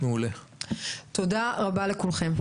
תודה רבה לכולכם.